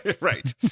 Right